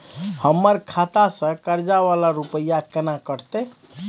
हमर खाता से कर्जा वाला रुपिया केना कटते?